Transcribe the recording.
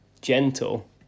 gentle